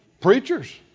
preachers